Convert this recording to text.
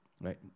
right